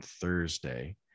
Thursday